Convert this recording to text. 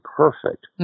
perfect